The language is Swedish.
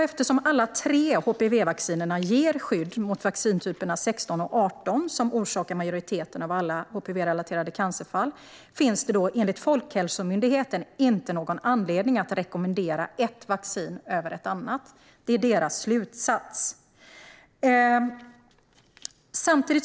Eftersom alla tre HPV-vaccinerna ger skydd mot HPV-typerna 16 och 18, som orsakar majoriteten av alla HPV-relaterade cancerfall, finns det enligt Folkhälsomyndigheten inte någon anledning att rekommendera ett vaccin över ett annat. Det är deras slutsats.